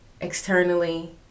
externally